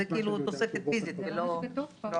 זו כאילו תוספת פיסית ולא אחרת.